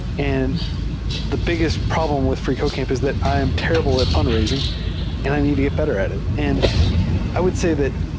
and the biggest problem with freecodecamp is that i am terr ible at fundraising and i need to get better at it. and i would say that,